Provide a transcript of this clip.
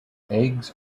eggs